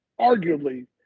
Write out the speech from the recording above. arguably